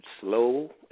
slow